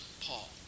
Paul